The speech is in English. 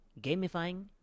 gamifying